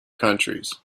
countries